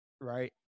right